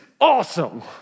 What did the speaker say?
awesome